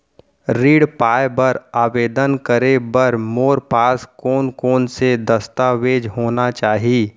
ऋण पाय बर आवेदन करे बर मोर पास कोन कोन से दस्तावेज होना चाही?